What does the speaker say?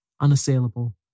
unassailable